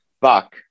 Buck